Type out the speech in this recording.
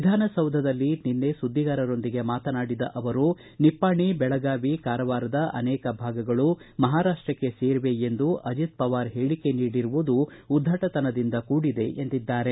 ವಿಧಾನಸೌಧದಲ್ಲಿ ನಿನ್ನೆ ಸುದ್ದಿಗಾರರೊಂದಿಗೆ ಮಾತನಾಡಿದ ಅವರು ನಿಪ್ಪಾಣಿ ಬೆಳಗಾವಿ ಕಾರವಾರದ ಅನೇಕ ಭಾಗಗಳು ಮಹಾರಾಷ್ಟಕ್ಕೆ ಸೇರಿವೆ ಎಂದು ಅಜಿತ್ ಪವಾರ್ ಹೇಳಿಕೆ ನೀಡಿರುವುದು ಉದ್ದಟತದಿಂದ ಕೂಡಿದೆ ಎಂದಿದ್ದಾರೆ